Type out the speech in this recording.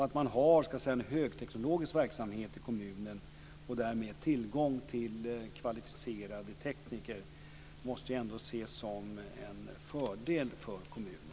Att man har en högteknologisk verksamhet i kommunen och därmed tillgång till kvalificerade tekniker måste ses som en fördel för kommunen.